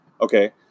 Okay